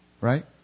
right